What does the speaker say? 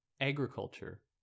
agriculture